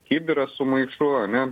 kibiras su maišu ane